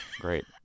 Great